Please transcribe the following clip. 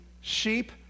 Sheep